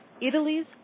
Italy's